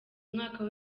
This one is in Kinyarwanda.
umwaka